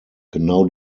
genau